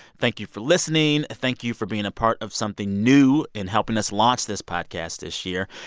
thank you for listening. thank you for being a part of something new in helping us launch this podcast this year.